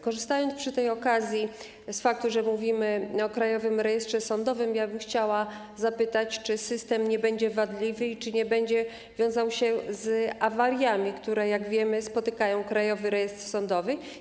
Korzystając z faktu, że mówimy o Krajowym Rejestrze Sądowym, chciałabym zapytać, czy system nie będzie wadliwy i czy nie będzie wiązał się z awariami, które, jak wiemy, spotykają Krajowy Rejestr Sądowy.